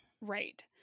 Right